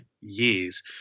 years